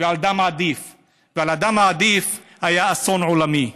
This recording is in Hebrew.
ועל דם עדיף היה אסון עולמי.